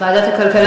ועדת הכלכלה.